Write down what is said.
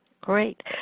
Great